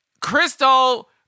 Crystal